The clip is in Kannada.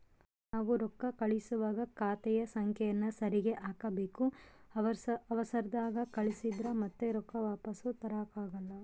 ನಾವು ರೊಕ್ಕ ಕಳುಸುವಾಗ ಖಾತೆಯ ಸಂಖ್ಯೆಯನ್ನ ಸರಿಗಿ ಹಾಕಬೇಕು, ಅವರ್ಸದಾಗ ಕಳಿಸಿದ್ರ ಮತ್ತೆ ರೊಕ್ಕ ವಾಪಸ್ಸು ತರಕಾಗಲ್ಲ